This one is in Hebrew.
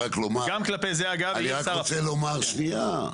גם כלפי זה --- אני רק רוצה לומר, שנייה.